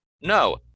No